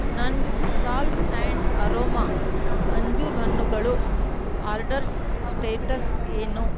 ನನ್ನ salts and aroma ಅಂಜೂರ ಹಣ್ಣುಗಳು ಆರ್ಡರ್ ಸ್ಟೇಟಸ್ ಏನು